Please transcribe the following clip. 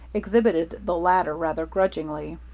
exhibited the latter rather grudgingly.